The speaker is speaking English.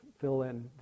fill-in